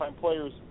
players